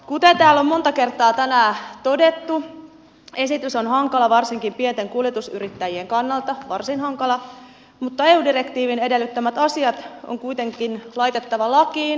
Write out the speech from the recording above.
kuten täällä on monta kertaa tänään todettu esitys on hankala varsinkin pienten kuljetusyrittäjien kannalta varsin hankala mutta eu direktiivin edellyttämät asiat on kuitenkin laitettava lakiin